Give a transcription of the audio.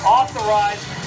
authorized